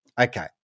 Okay